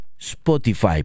Spotify